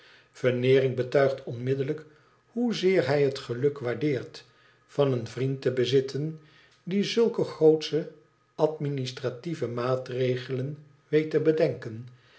veneering betuigt onmiddellijk hoe zeer hij het geluk waardeert van een vriend te bezitten die zulke grootsche administratieve maatregelen weet te bedenken